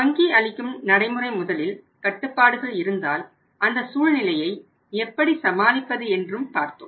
வங்கி அளிக்கும் நடைமுறை முதலில் கட்டுப்பாடுகள் இருந்தால் அந்த சூழ்நிலையை எப்படி சமாளிப்பது என்றும் பாரத்தோம்